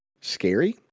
scary